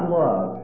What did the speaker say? love